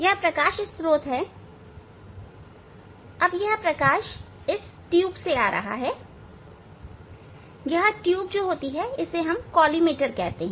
यह प्रकाश स्त्रोत है अब यह प्रकाश इस ट्यूब से आ रहा है यह ट्यूब कॉलीमेटर कहलाती है